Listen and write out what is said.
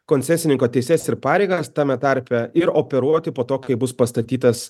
koncesininko teises ir pareigas tame tarpe ir operuoti po to kai bus pastatytas